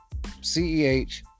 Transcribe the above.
CEH